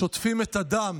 שוטפים את הדם